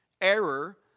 error